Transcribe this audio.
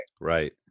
Right